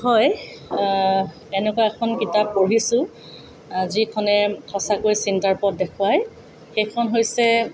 হয় তেনেকুৱা এখন কিতাপ পঢ়িছোঁ যিখনে সঁচাকৈ চিন্তাৰ পথ দেখুৱাই সেইখন হৈছে